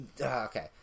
okay